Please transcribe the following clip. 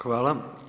Hvala.